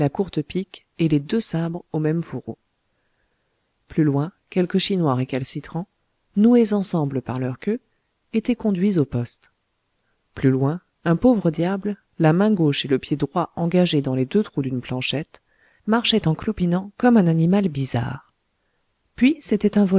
courte pique et les deux sabres au même fourreau plus loin quelques chinois récalcitrants noués ensemble par leurs queues étaient conduits au poste plus loin un pauvre diable la main gauche et le pied droit engagés dans les deux trous d'une planchette marchait en clopinant comme un animal bizarre puis c'était un